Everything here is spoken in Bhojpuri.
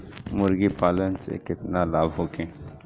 मुर्गीपालन से केतना लाभ होखे?